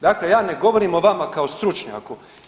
Dakle, ja ne govorim o vama kao stručnjaku.